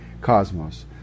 cosmos